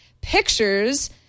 pictures